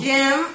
Jim